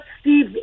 Steve